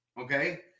okay